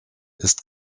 ist